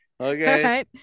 okay